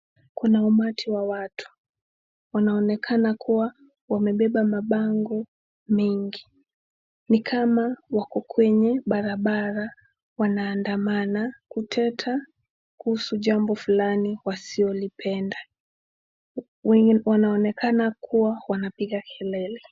Kuna umati wa watu. Wanaonekana kuwa wamebeba mabango mengi, ni kama wako kwenye barabara wanaandamana kuteta kuhusu jambo fulani wasilolipenda. Wanaonekana kuwa wanapiga kelele.